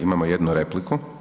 Imamo jednu repliku.